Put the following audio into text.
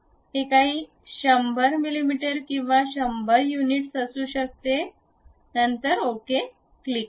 हे काही 100 मिमी किंवा 100 युनिट्स असू शकते नंतर ओके क्लिक करा